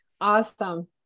awesome